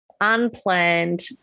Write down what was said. unplanned